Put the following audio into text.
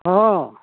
हँ